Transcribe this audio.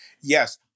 Yes